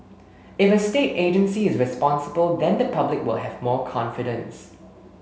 if a state agency is responsible then the public will have more confidence